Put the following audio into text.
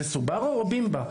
זה סוברו או בימבה?